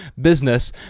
business